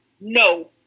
no